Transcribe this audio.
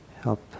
help